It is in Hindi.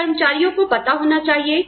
क्या कर्मचारियों को पता होना चाहिए